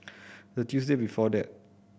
the Tuesday before that